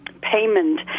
payment